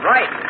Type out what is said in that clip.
Right